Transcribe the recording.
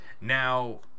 now